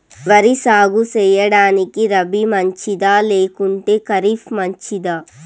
వరి సాగు సేయడానికి రబి మంచిదా లేకుంటే ఖరీఫ్ మంచిదా